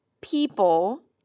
people